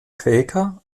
quäker